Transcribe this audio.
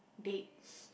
dates